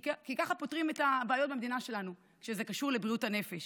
כי ככה פותרים את הבעיות במדינה שלנו כשזה קשור לבריאות הנפש.